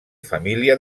família